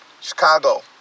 Chicago